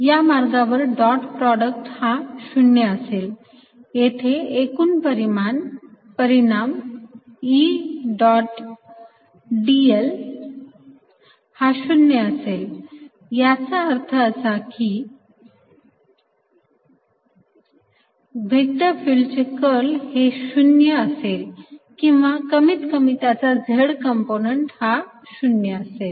या मार्गावर dot product हा 0 असेल आणि येथे एकूण परिणाम E डॉट dl हा 0 असेल याचा अर्थ असा की व्हेक्टर फिल्डचे कर्ल हे 0 असेल किंवा कमीत कमी त्याचा z कंपोनंट 0 असेल